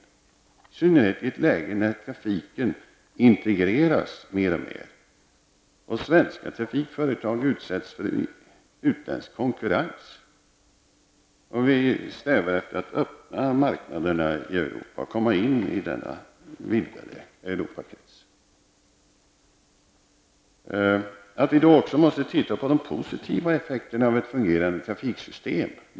I synnerhet gäller detta i ett läge när trafiken integreras mer och mer och svenska trafikföretag utsätts för utländsk konkurrens. Vi strävar efter att öppna marknaderna i Europa och komma in i denna vidgade Europakrets. Vi måste också titta på de positiva effekterna som ett fungerande trafiksystem har.